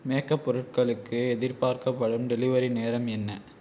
makeup பொருட்களுக்கு எதிர்பார்க்கப்படும் delivery நேரம் என்ன